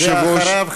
ואחריו,